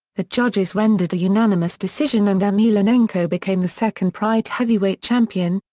the judges rendered a unanimous decision and emelianenko became the second pride heavyweight champion,